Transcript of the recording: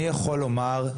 אני יכול לומר,